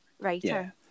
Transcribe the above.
writer